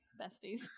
besties